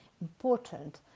important